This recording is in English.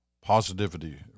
positivity